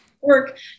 work